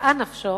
נקעה נפשו